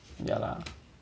ya lah